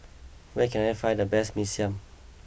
where can I find the best Mee Siam